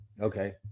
Okay